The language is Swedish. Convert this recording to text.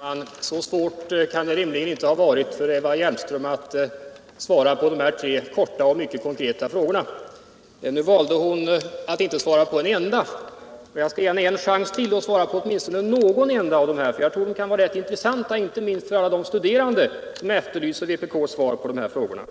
Herr talman! Så svårt kan det rimligen inte ha varit för Eva Hjelmström att svara på mina tre korta och mycket konkreta frågor. Nu valde hon att inte svara på en enda. Jag skall ge henne en chans till att svara på åtminstone någon av dem, för jag tror att det kan vara rätt intressant, inte minst för alla de studerande som efterlyser vpk:s svar på de här frågorna.